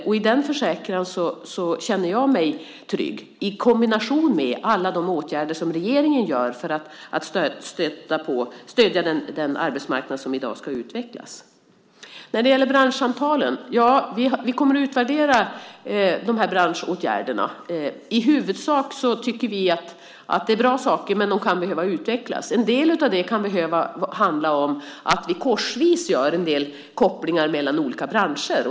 Jag känner mig trygg med denna försäkran, i kombination med alla de åtgärder som regeringen vidtar för att stödja den arbetsmarknad som i dag ska utvecklas. När det gäller branschsamtalen kommer vi att utvärdera dessa branschåtgärder. I huvudsak tycker vi att det är bra saker. Men de kan behöva utvecklas. En del av det kan behöva handla om att vi korsvis gör en del kopplingar mellan olika branscher.